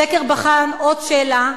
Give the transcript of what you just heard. הסקר בחן עוד שאלה,